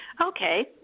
okay